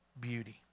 beauty